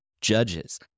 judges